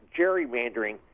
gerrymandering